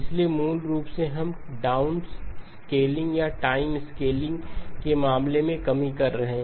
इसलिए मूल रूप से हम डाउन स्केलिंग या टाइम स्केलिंग के मामले में कमी कर रहे हैं